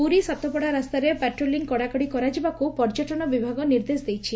ପୁରୀ ସାତପଡା ରାସ୍ତାରେ ପାଟ୍ରୋଲିଂ କଡାକଡି କରିବାକୁ ପର୍ଯ୍ୟଟନ ବିଭାଗ ନିର୍ଦେଶ ଦେଇଛି